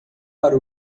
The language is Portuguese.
para